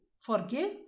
forgive